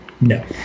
No